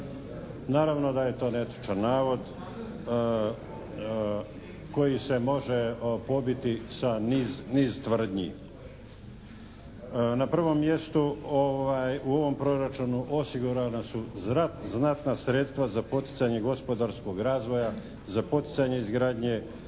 Naravno da je to netočan navod koji se može pobiti sa niz tvrdnji. Na prvom mjestu u ovom proračunu osigurana su znatna sredstva za poticanje gospodarskog razvoja za poticanje izgradnje